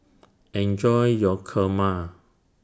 Enjoy your Kurma